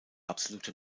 absolute